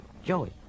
Joey